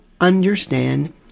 understand